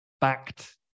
backed